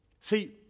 See